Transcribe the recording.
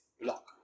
block